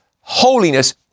holiness